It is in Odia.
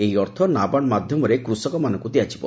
ଏହି ଅର୍ଥ ନାବାର୍ଡ ମାଧ୍ୟମରେ କୁଷକମାନଙ୍କୁ ଦିଆଯିବ